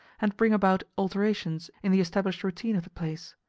and bring about alterations in the established routine of the place.